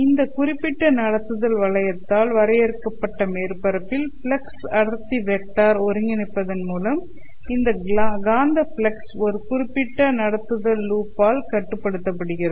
இந்த குறிப்பிட்ட நடத்துதல் வளையத்தால் வரையறுக்கப்பட்ட மேற்பரப்பில் ஃப்ளக்ஸ் அடர்த்தி வெக்டர் ஒருங்கிணைப்பதன் மூலம் இந்த காந்தப் ஃப்ளக்ஸ் ஒரு குறிப்பிட்ட நடத்துதல் லூப்பால் கட்டுப்படுத்தப்படுகிறது